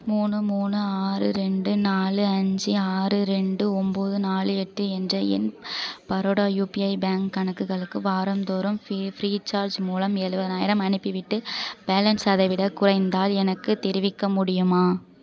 மூணு மூணு ஆறு ரெண்டு நாலு அஞ்சு ஆறு ரெண்டு ஒம்பது நாலு எட்டு என்ற என் பரோடா யுபிஐ பேங்க் கணக்குகளுக்கு வாரந்தோறும் ஃப்ரீ ஃப்ரீ சார்ஜ் மூலம் எழுவதுனாயிரம் அனுப்பிவிட்டு பேலன்ஸ் அதைவிடக் குறைந்தால் எனக்குத் தெரிவிக்க முடியுமா